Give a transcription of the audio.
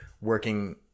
working